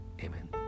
Amen